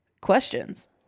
questions